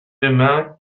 demain